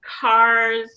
cars